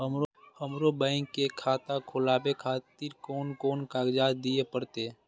हमरो बैंक के खाता खोलाबे खातिर कोन कोन कागजात दीये परतें?